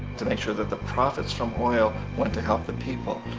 to make sure that the profits from oil went to help the people.